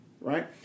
right